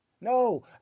No